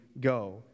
go